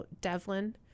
Devlin